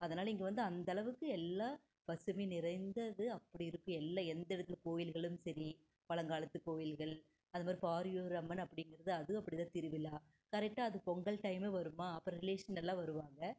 அதனால் இங்கே வந்து அந்தளவுக்கு எல்லாம் பசுமை நிறைந்தது அப்படி இருக்கும் எல்லாம் எந்த இடத்துல கோவில்களும் சரி பழங்காலத்து கோயில்கள் அதை மாதிரி பாரியூர் அம்மன் அப்படிங்கிறது அதுவும் அப்படிதான் திருவிழா கரெக்டாக அது பொங்கல் டைம்மில் வருமா அப்போ ரிலேஷன் எல்லாம் வருவாங்க